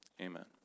Amen